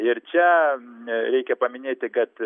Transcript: ir čia reikia paminėti kad